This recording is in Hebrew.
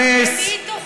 למי היא תוחזר?